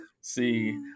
See